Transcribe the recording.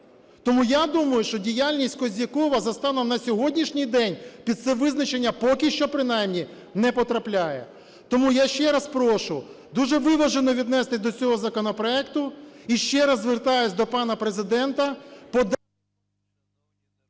Тому я думаю, що діяльність Козьякова за станом на сьогоднішній день під це визначення поки що принаймні не потрапляє. Тому я ще раз прошу дуже виважено віднестись до цього законопроекту. І ще раз звертаюсь до пана Президента…